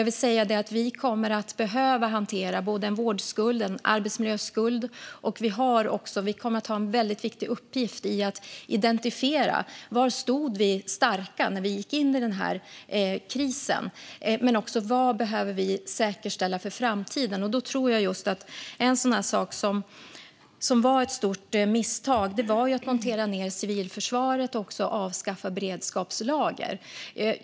Vi kommer att behöva hantera både en vårdskuld och en arbetsmiljöskuld, och vi kommer att ha en viktig uppgift i att identifiera var vi stod starka när vi gick in i krisen men också vad vi behöver säkerställa inför framtiden. En sak som jag tror var ett stort misstag var att montera ned civilförsvaret och avskaffa beredskapslagren.